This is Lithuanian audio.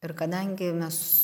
ir kadangi mes